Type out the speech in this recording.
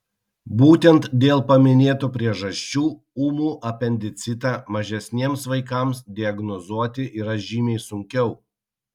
būtent dėl paminėtų priežasčių ūmų apendicitą mažesniems vaikams diagnozuoti yra žymiai sunkiau